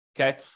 Okay